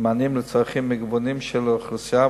ומענים לצרכים מגוונים של האוכלוסייה,